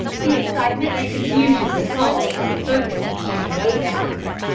the excitement and confusion this caused in the circus knew no bounds.